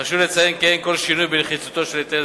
חשוב לציין כי אין כל שינוי בנחיצותו של היטל